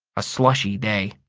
a slushy day.